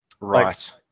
Right